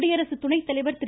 குடியரசு துணைத்தலைவர் திரு